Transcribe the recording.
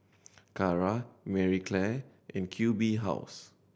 Kara Marie Claire and Q B House